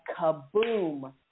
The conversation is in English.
kaboom